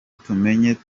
tumenye